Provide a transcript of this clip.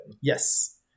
Yes